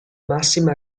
massima